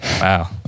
Wow